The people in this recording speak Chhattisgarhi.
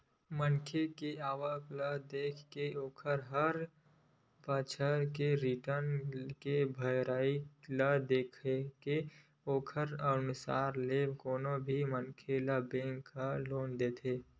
मनखे के आवक ल देखके ओखर हर बछर के रिर्टन के भरई ल देखके ओखरे अनुसार ले कोनो भी मनखे ल बेंक ह लोन देथे